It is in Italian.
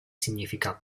significa